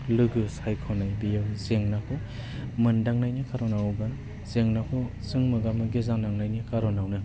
लोगो सायख'नाय बेयाव जेंनाखौ मोनदांनायनि कार'नाव बा जेंनाखौ जों मोगा मोगि जानांनायनि कार'नावनो